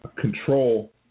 control